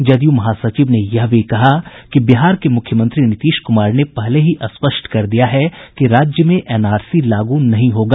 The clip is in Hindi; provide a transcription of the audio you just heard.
जदयू महासचिव ने यह भी कहा कि बिहार के मुख्यमंत्री नीतीश कुमार ने पहले ही स्पष्ट कर दिया है कि राज्य में एनआरसी लागू नहीं होगा